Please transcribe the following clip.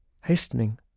Hastening